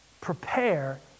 prepare